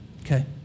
Okay